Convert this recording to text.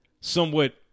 somewhat –